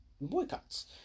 boycotts